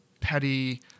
petty